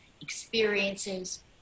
experiences